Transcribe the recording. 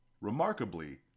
Remarkably